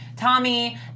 Tommy